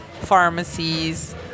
pharmacies